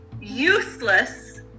useless